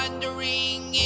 Wondering